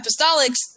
apostolics